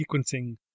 sequencing